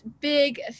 big